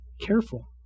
Careful